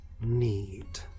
need